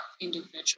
individual